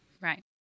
Right